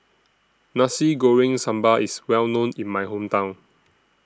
Nasi Goreng Sambal IS Well known in My Hometown